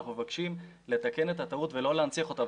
אנחנו מבקשים לתקן את הטעות ולא להנציח אותה.